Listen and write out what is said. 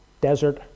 desert